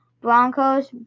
Broncos